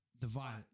divide